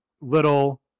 little